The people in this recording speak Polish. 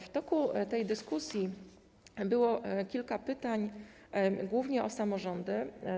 W toku tej dyskusji było kilka pytań, głównie o samorządy.